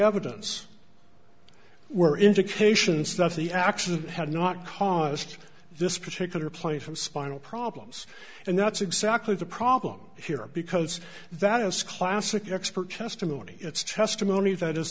evidence were indications that he actually had not caused this particular place of spinal problems and that's exactly the problem here because that is classic expert testimony it's testimony that is